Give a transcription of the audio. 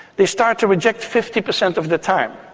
they start to reject fifty percent of the time.